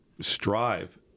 strive